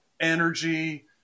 energy